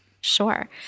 Sure